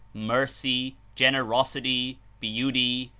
mercy, generosity, beauty,